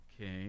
okay